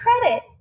credit